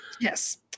Yes